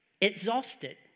exhausted